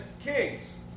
kings